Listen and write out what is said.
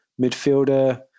midfielder